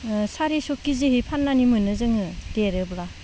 सारिस' केजिहै फाननानै मोनो जोङो देरोब्ला